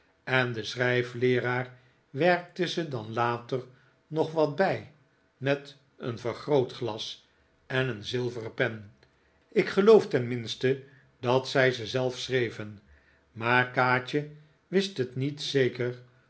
en de schrijfleeraar werkte ze dan later nog wat bij met een vergrootglas en een zilveren pen ik geloof tenminste dat zij ze zelf schreven maar kaatje wist het niet zeker